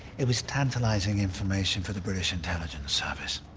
it was tantalizing information for the british intelligence service.